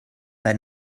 they